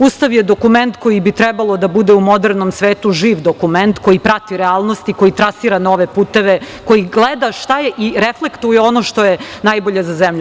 Ustav je dokument koji bi trebalo da bude u modernom svetu živ dokument koji prati realnosti, koji trasira nove puteve, koji gleda šta je i reflektuje ono što je najbolje za zemlju.